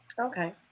Okay